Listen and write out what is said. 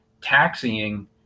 taxiing